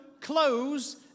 close